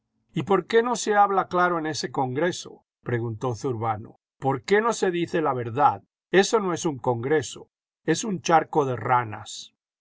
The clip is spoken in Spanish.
y por qué no se habla claro en ese congreso preguntó zurbano por qué no se dice la verdad eso no es un congreso es un charco de ranas